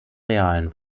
realen